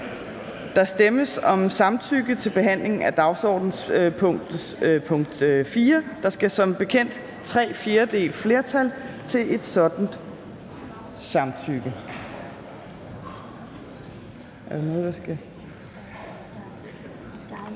Der stemmes om samtykke til behandling af dagsordenens punkt 4. Der skal som bekendt tre fjerdedeles flertal til et sådant samtykke. Der kan stemmes.